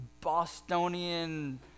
Bostonian